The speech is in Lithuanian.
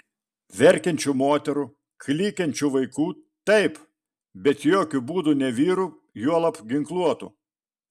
verkiančių moterų klykiančių vaikų taip bet jokiu būdu ne vyrų juolab ginkluotų